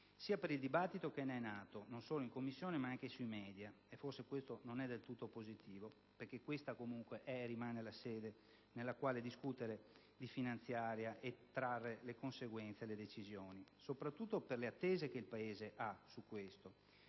sia per il dibattito che ne è nato, non solo in Commissione, ma anche sui *media*. Forse quest'ultimo aspetto non è del tutto positivo, perché questa comunque è e rimane la sede nella quale discutere di finanziaria e trarre le conseguenze delle decisioni, soprattutto per le attese del Paese, dalle